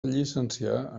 llicenciar